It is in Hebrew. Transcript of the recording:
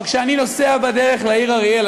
אבל כשאני נוסע בדרך לעיר אריאל,